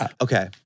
Okay